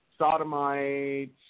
Sodomites